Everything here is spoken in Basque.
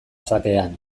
xakean